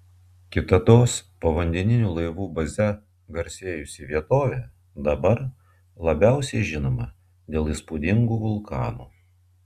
kitados povandeninių laivų baze garsėjusi vietovė dabar labiausiai žinoma dėl įspūdingų vulkanų